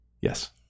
yes